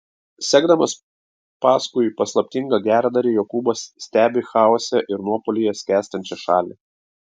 sekdamas paskui paslaptingą geradarį jokūbas stebi chaose ir nuopuolyje skęstančią šalį